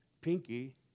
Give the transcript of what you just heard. Pinky